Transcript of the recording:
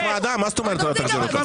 היא חברת ועדה, מה זאת אומרת לא תחזיר אותה?